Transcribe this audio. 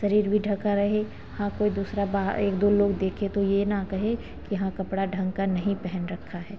शरीर भी ढका रहे हाँ कोई दूसरा बाहर एक दो लोग देखे तो यह न कहे कि हाँ कपड़ा ढंग का नहीं पहन रखा है